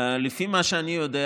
לפי מה שאני יודע,